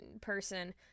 person